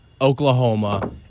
Oklahoma